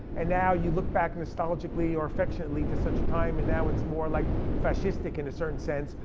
and now you look back nostalgically, or affectionately, to such a time. and now it's more like fascistic in a certain sense.